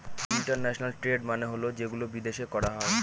international trade মানে হল যেগুলো বিদেশে করা হয়